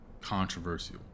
controversial